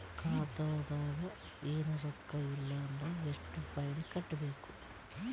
ಖಾತಾದಾಗ ಏನು ರೊಕ್ಕ ಇಲ್ಲ ಅಂದರ ಎಷ್ಟ ಫೈನ್ ಕಟ್ಟಬೇಕು?